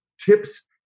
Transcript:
tips